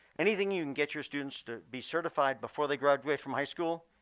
anything you can get your students to be certified before they graduate from high school,